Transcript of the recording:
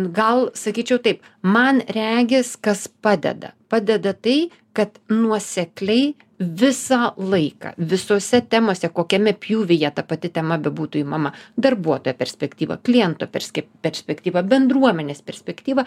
gal sakyčiau taip man regis kas padeda padeda tai kad nuosekliai visą laiką visose temose kokiame pjūvyje ta pati tema bebūtų imama darbuoto perspektyva klientu kaip perspektyva bendruomenės perspektyvą